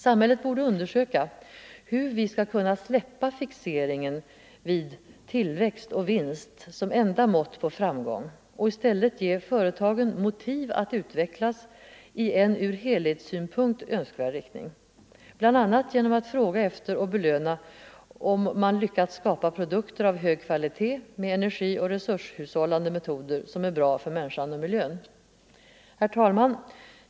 Samhället borde undersöka hur vi skall kunna släppa fixeringen vid tillväxt och vinst som enda mått på framgång och i stället ge företagen motiv att utvecklas i en ur helhetssynpunkt önskvärd riktning, bl.a. genom att fråga efter och belöna lyckade försök att skapa produkter av hög kvalitet med energioch resurshushållande metoder som är bra för människan och miljön. Herr talman!